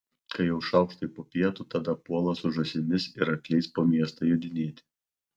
kai jau šaukštai po pietų tada puola su žąsimis ir arkliais po miestą jodinėti